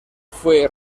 fue